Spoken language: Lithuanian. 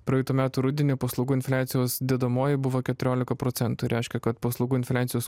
praeitų metų rudenį paslaugų infliacijos dedamoji buvo keturiolika procentų reiškia kad paslaugų infliacijos